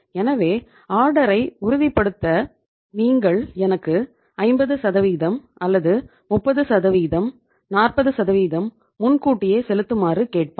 எனவே ஆர்டரை உறுதிப்படுத்த நீங்கள் எனக்கு 50 அல்லது 30 40 முன்கூட்டியே செலுத்துமாறு கேட்பான்